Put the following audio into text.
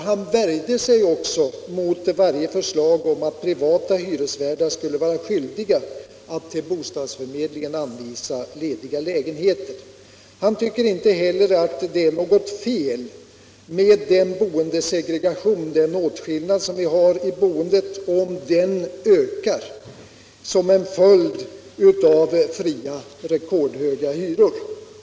Han värjde sig också mot varje förslag om att privata hyresvärdar skulle vara skyldiga att till bostadsförmedlingen anmäla lediga lägenheter. Han tycker inte heller att det är något fel om den boendesegregation, den åtskillnad som vi har i boendet, ökar som en följd av fria, rekordhöga hyror.